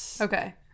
Okay